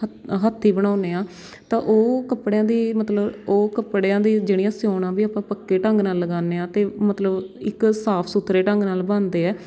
ਹ ਹੱਥੀ ਬਣਾਉਂਦੇ ਹਾਂ ਤਾਂ ਉਹ ਕੱਪੜਿਆਂ ਦੀ ਮਤਲਬ ਉਹ ਕੱਪੜਿਆਂ ਦੀ ਜਿਹੜੀਆਂ ਸਿਊਣਾ ਵੀ ਆਪਾਂ ਪੱਕੇ ਢੰਗ ਨਾਲ ਲਗਾਉਂਦੇ ਹਾਂ ਅਤੇ ਮਤਲਬ ਇੱਕ ਸਾਫ਼ ਸੁਥਰੇ ਢੰਗ ਨਾਲ ਬਣਦੇ ਹੈ